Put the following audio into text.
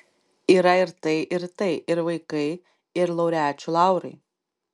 yra ir tai ir tai ir vaikai ir laureačių laurai